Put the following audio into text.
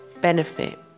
benefit